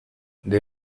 they